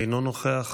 אינו נוכח.